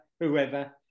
whoever